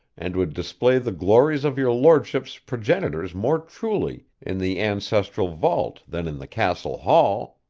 and would display the glories of your lordship's progenitors more truly in the ancestral vault than in the castle hall